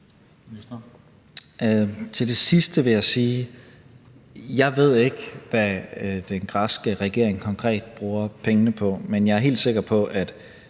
Til det sidste vil jeg sige: Jeg ved ikke, hvad den græske regering konkret bruger pengene på. Men jeg er helt sikker på, at